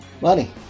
Money